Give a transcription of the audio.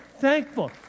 thankful